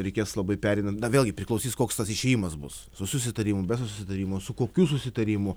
reikės labai pereinant dar vėlgi priklausys koks tas išėjimas bus su susitarimu be susitarimo su kokiu susitarimu